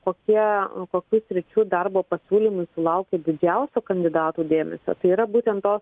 kokie kokių sričių darbo pasiūlymų sulaukia didžiausio kandidatų dėmesio tai yra būtent to